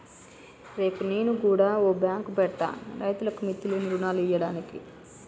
రేపు నేను గుడ ఓ బాంకు పెడ్తా, రైతులకు మిత్తిలేని రుణాలియ్యడానికి